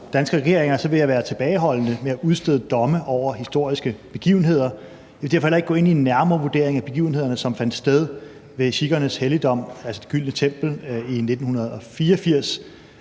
danske regeringer vil jeg være tilbageholdende med at udstede domme over historiske begivenheder. Jeg vil derfor heller ikke gå ind i en nærmere vurdering af begivenhederne, som fandt sted ved sikhernes helligdom, altså Det Gyldne Tempel, i 1984.